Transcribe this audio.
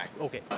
Okay